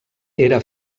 era